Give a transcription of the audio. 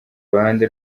ruhande